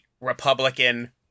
Republican